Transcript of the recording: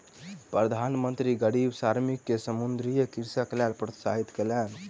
प्रधान मंत्री गरीब श्रमिक के समुद्रीय कृषिक लेल प्रोत्साहित कयलैन